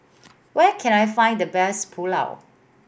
where can I find the best Pulao